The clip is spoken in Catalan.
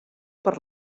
per